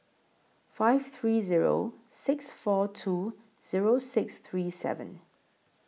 five three Zero six four two Zero six three seven